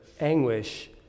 anguish